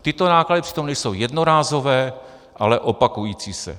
Tyto náklady přitom nejsou jednorázové, ale opakující se.